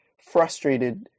frustrated